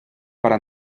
para